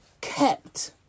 kept